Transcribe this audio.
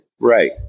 Right